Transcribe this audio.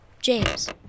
James